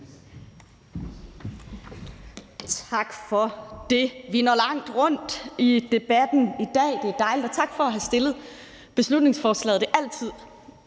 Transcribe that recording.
Tak for det. Vi når langt rundt i debatten i dag. Det er dejligt, og tak for at have fremsat beslutningsforslaget. Det er altid